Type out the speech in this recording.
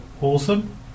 awesome